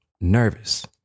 nervous